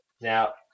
Now